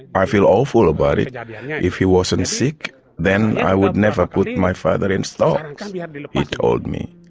i feel awful about it. and yeah yeah if he wasn't sick then i would never put my father in stocks', um yeah he told me.